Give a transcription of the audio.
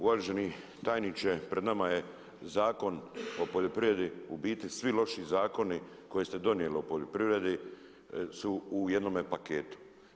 Uvaženi tajniče, pred nama je Zakon o poljoprivredi u biti svi loši zakoni koje ste donijeli o poljoprivredi su u jednome paketu.